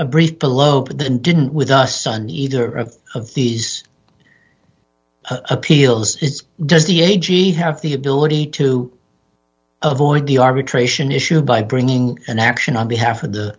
a brief below and didn't with us on either of these appeals does the a g have the ability to avoid the arbitration issue by bringing an action on behalf of the